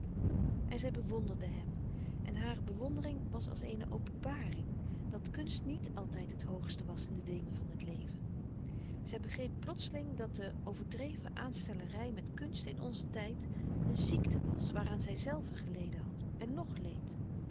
en zij bewonderde hem en hare bewondering was als eene openbaring dat kunst niet altijd het hoogste was in de dingen van het leven zij begreep plotseling dat de overdreven aanstellerij met kunst in onzen tijd een ziekte was waaraan zijzelve geleden had en nog leed